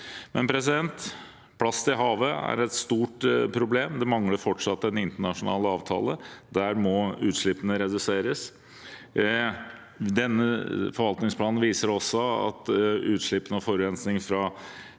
hente opp. Plast i havet er et stort problem, og det mangler fortsatt en internasjonal avtale. Der må utslippene reduseres. Denne forvaltningsplanen viser at utslippene og forurensning fra